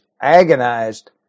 agonized